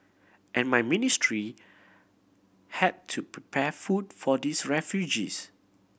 and my ministry had to prepare food for these refugees